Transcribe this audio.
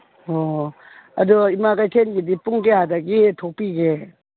ꯑꯣ ꯑꯗꯨ ꯏꯃꯥ ꯀꯩꯊꯦꯜꯒꯤꯗꯤ ꯄꯨꯡ ꯀꯌꯥꯗꯒꯤ ꯊꯣꯛꯄꯤꯒꯦ